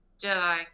Jedi